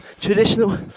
traditional